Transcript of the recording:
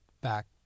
back